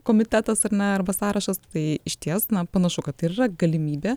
komitetas ar ne arba sąrašas tai išties panašu kad tai ir yra galimybė